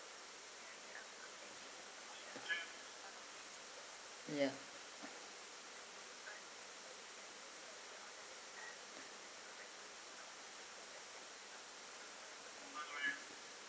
ya